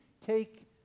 take